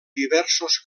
diversos